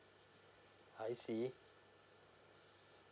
I see